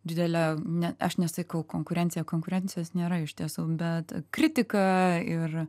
didelė ne aš nesakau konkurencija konkurencijos nėra iš tiesų bet kritika ir